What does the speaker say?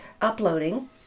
uploading